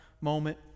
moment